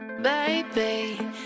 Baby